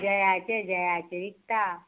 जयाचे जयाचे विकता